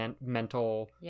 mental